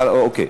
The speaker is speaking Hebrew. אוקיי.